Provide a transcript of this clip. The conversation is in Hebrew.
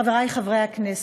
חברי חברי הכנסת,